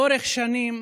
לאורך שנים